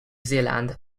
zealand